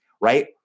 right